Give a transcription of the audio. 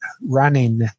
running